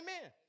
amen